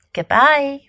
Goodbye